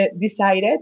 decided